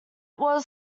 was